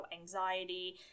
anxiety